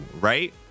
right